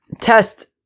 test